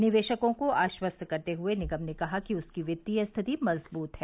निवेशकों को आश्वस्त करते हुए निगम ने कहा कि उसकी वित्तीय स्थिति मजबूत है